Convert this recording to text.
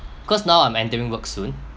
cause now I'm entering work soon